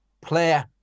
player